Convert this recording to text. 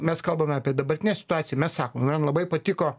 mes kalbame apie dabartinę situaciją mes sakom man labai patiko